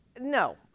No